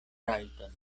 rajton